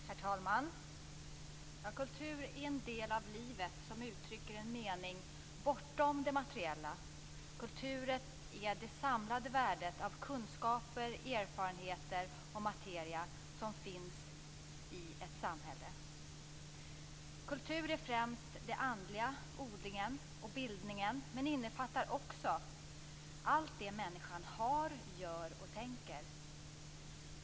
Herr talman! Kultur är en del av livet som uttrycker en mening bortom det materiella. Kultur är det samlade värdet av kunskaper, erfarenheter och materia som finns i ett samhälle. Kultur är främst den andliga odlingen och bildningen men innefattar också allt det människan har, gör och tänker.